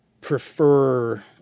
prefer